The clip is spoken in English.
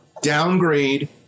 downgrade